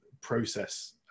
process